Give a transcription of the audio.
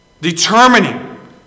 determining